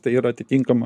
tai yra atitinkama